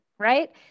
Right